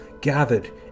gathered